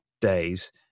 days